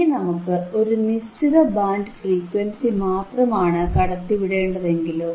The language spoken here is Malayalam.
ഇനി നമുക്ക് ഒരു നിശ്ചിത ബാൻഡ് ഫ്രീക്വൻസി മാത്രമാണ് കടത്തിവിടേണ്ടതെങ്കിലോ